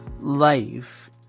life